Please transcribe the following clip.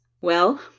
Well